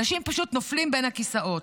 אנשים פשוט נופלים בין הכיסאות.